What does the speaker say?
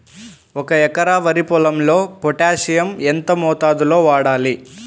ఒక ఎకరా వరి పొలంలో పోటాషియం ఎంత మోతాదులో వాడాలి?